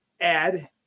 add